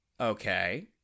Okay